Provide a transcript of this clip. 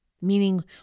meaning